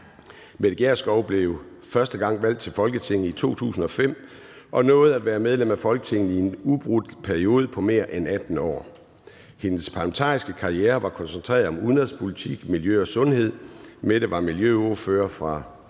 Mette Gjerskov blev første gang valgt til Folketinget i 2005 og nåede at være medlem af Folketinget i en ubrudt periode på mere end 18 år. Hendes parlamentariske karriere var koncentreret om udenrigspolitik, miljø og sundhed. Mette var miljøordfører fra